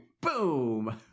Boom